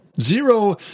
Zero